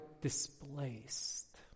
displaced